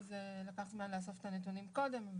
ולקח זמן לאסוף את הנתונים קודם.